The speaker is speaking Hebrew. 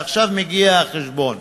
ועכשיו מגיע החשבון.